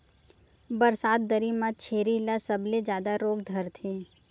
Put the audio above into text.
बरसात दरी म छेरी ल सबले जादा रोग धरथे